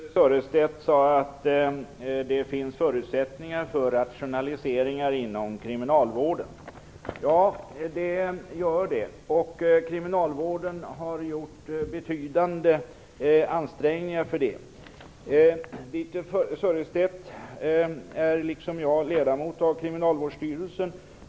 Fru talman! Birthe Sörestedt sade att det finns förutsättningar för rationaliseringar inom kriminalvården. Ja, det gör det, och kriminalvården har också gjort betydande ansträngningar. Birthe Sörestedt är liksom jag ledamot av Kriminalvårdsstyrelsen.